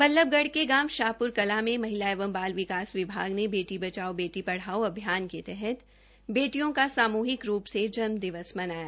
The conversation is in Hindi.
बल्लभगढ के गांव शाहपुर कलां मे महिला एवं बाल विकास विभाग ने बेटी बचाओ बेटी पढाओ अभियान के तहत बेटियों का सामूहिक रूप से जन्म दिवस मनाया